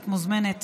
את מוזמנת